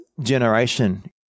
generation